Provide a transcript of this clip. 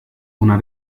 una